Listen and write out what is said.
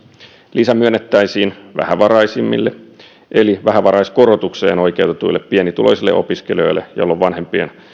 lisä myönnettäisiin vähävaraisimmille eli vähävaraisuuskorotukseen oikeutetuille pienituloisille opiskelijoille jolloin vanhempien